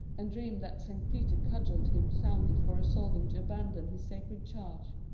and dreamed that st. peter cudgelled him soundly for resolving to abandon his sacred charge.